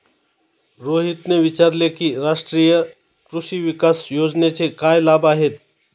रोहितने विचारले की राष्ट्रीय कृषी विकास योजनेचे काय लाभ आहेत?